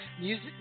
Music